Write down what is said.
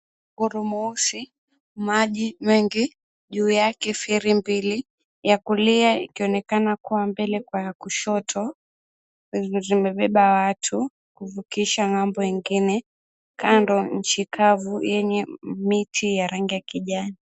Kunguru mweusi, maji mengi juu yake. Feri mbili, ya kulia ikionekana kuwa mbele kwa ya kushoto, zenye zimebeba watu kuvukisha ng’ambo nyengine, kando nchi kavu yenye miti ya rangi ya kijani.